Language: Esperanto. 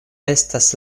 estas